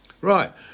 Right